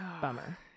Bummer